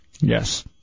Yes